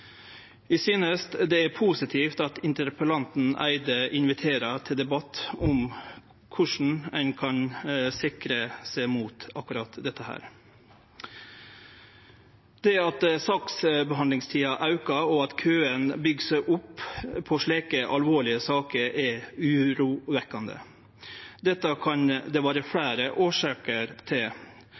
synest det er positivt at interpellanten Eide inviterer til debatt om korleis ein kan sikre seg mot akkurat dette. Det at saksbehandlingstida aukar og køane byggjer seg opp i slike alvorlege saker, er urovekkjande. Dette kan det vere fleire årsaker til,